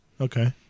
Okay